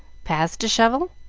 paths to shovel?